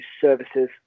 services